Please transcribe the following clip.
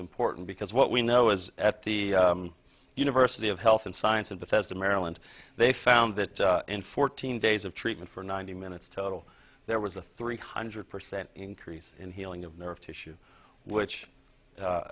important because what we know is at the university of health and science and that says a maryland they found that in fourteen days of treatment for ninety minutes total there was a three hundred percent increase in healing of nerve tissue which